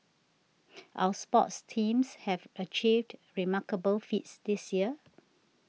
our sports teams have achieved remarkable feats this year